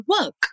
work